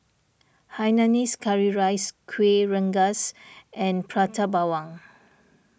Hainanese Curry Rice Kueh Rengas and Prata Bawang